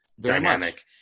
dynamic